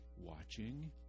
watching